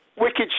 Wicked